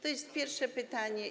To jest pierwsze pytanie.